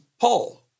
Paul